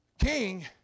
King